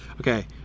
Okay